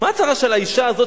של האשה הזאת,